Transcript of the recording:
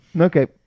Okay